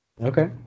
Okay